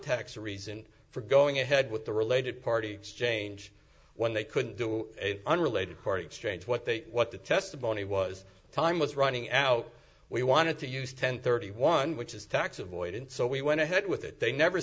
tax reason for going ahead with the related party change when they couldn't do a unrelated court exchange what they what the testimony was time was running out we wanted to use ten thirty one which is tax avoidance so we went ahead with it they never